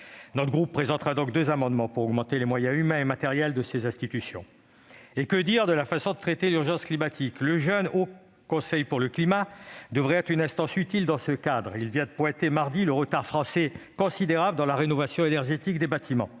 Notre groupe présentera deux amendements tendant à augmenter les moyens humains et matériels de ces deux institutions. Et que dire de la façon de traiter l'urgence climatique ? Le jeune Haut Conseil pour le climat devrait être une instance utile dans ce cadre. Il a dénoncé, pas plus tard que mardi, le retard considérable de la France dans la rénovation énergétique des bâtiments.